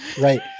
Right